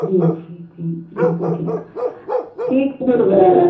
जी जी जी बिल्कुल ठीक ठीक फिर